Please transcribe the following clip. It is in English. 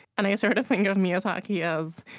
and i sort of think of miyazaki as,